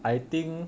I think